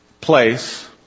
place